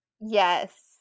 yes